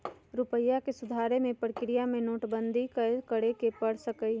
रूपइया के सुधारे कें प्रक्रिया में नोटबंदी सेहो करए के पर सकइय